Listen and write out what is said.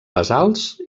basalts